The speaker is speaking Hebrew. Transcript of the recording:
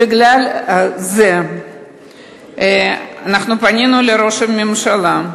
בגלל זה אנחנו פנינו לראש הממשלה.